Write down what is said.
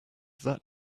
that